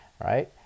right